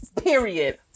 period